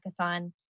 hackathon